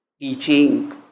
teaching